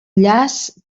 llaç